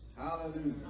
Hallelujah